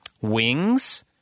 wings